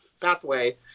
pathway